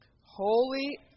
holy